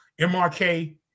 MRK